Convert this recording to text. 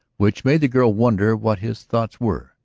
which made the girl wonder what his thoughts were.